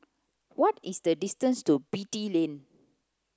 what is the distance to Beatty Lane